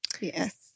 Yes